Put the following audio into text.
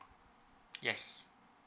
yes